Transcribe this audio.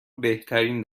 بهترین